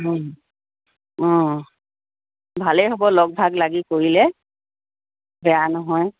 অঁ ভালেই হ'ব লগ ভাগ লাগি কৰিলে বেয়া নহয়